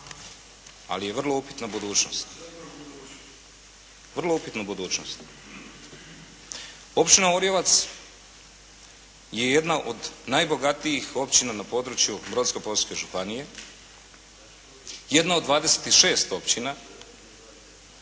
bogatu prošlost, ali i vrlo upitnu budućnost. Općina Orjevac je jedna od najbogatijih općina na području Brodsko-posavske županije, jedna od 26 općina